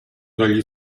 dagli